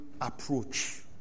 approach